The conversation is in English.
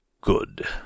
Good